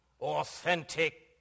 authentic